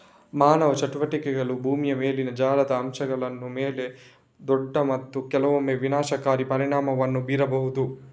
ಮಾನವ ಚಟುವಟಿಕೆಗಳು ಭೂಮಿಯ ಮೇಲಿನ ಜಲದ ಅಂಶಗಳ ಮೇಲೆ ದೊಡ್ಡ ಮತ್ತು ಕೆಲವೊಮ್ಮೆ ವಿನಾಶಕಾರಿ ಪರಿಣಾಮವನ್ನು ಬೀರಬಹುದು